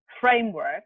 framework